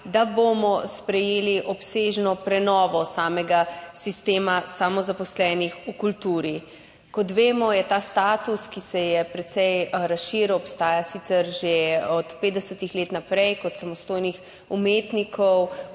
da bomo sprejeli obsežno prenovo samega sistema samozaposlenih v kulturi. Kot vemo, je ta status, ki se je precej razširil, obstajal sicer že od 50. let naprej kot samostojnih umetnikov,